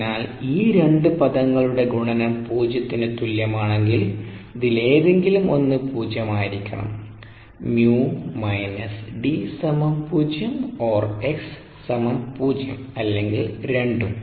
അതിനാൽ ഈ രണ്ട് പദങ്ങളുടെ ഗുണനം പൂജ്യത്തിന് തുല്യമാണെങ്കിൽ ഇതിലേതെങ്കിലും ഒന്ന് പൂജ്യംആയിരിക്കണം 𝜇 − 𝐷 0 or x 0 അല്ലെങ്കിൽ രണ്ടും